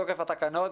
תוקף התקנות,